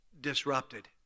disrupted